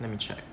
let me check